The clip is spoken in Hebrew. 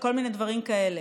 וכל מיני דברים כאלה.